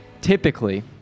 typically